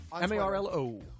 M-A-R-L-O